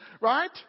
right